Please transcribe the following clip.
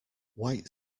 white